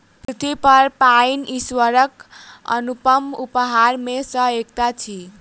पृथ्वीपर पाइन ईश्वरक अनुपम उपहार मे सॅ एकटा अछि